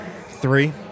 three